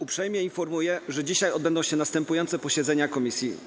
Uprzejmie informuję, że dzisiaj odbędą się następujące posiedzenia Komisji.